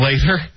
later